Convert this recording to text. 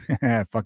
fuck